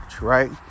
right